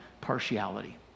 partiality